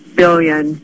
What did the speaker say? billion